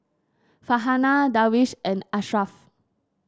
Farhanah Darwish and Ashraf